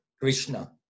Krishna